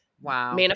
Wow